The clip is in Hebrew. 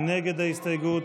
נגד ההסתייגות.